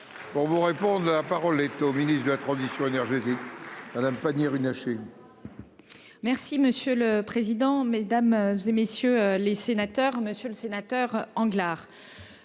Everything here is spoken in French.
Pour vous répondre. La parole est au ministre de la transition énergétique. Madame Pannier-Runacher. Merci monsieur le président, Mesdames, et messieurs les sénateurs, Monsieur le Sénateur angles.